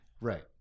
right